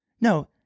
No